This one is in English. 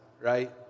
right